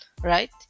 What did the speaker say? right